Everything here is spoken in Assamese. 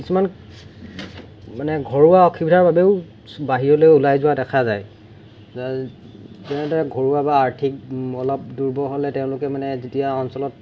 কিছুমান মানে ঘৰুৱা অসুবিধাৰ বাবেও বাহিৰলৈ ওলাই যোৱা দেখা যায় তেনেদৰে ঘৰুৱা বা আৰ্থিক অলপ দুৰ্বল হ'লে তেওঁলোকে মানে যেতিয়া অঞ্চলত